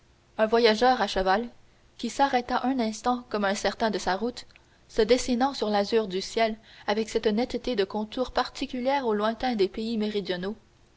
un voyageur à cheval qui s'arrêta un instant comme incertain de sa route se dessinant sur l'azur du ciel avec cette netteté de contour particulière aux lointains des pays méridionaux